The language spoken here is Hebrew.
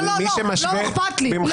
לא, לא אכפת לי.